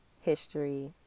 history